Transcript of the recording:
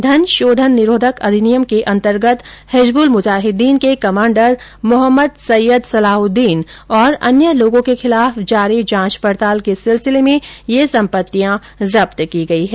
धन शोधन निरोधक अधिनियम के अंतर्गत हिजबुल मुजाहिदीन के कमांडर मोहम्मद सैयद सलाहृद्दीन और अन्य लोगों के खिलाफ जारी जांच पड़ताल के सिलसिले में यह सम्पत्तियां जब्त की गयी हैं